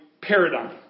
paradigm